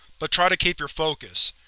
but try to keep your focus.